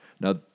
Now